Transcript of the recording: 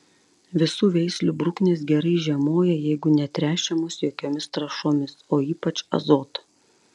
visų veislių bruknės gerai žiemoja jeigu netręšiamos jokiomis trąšomis o ypač azoto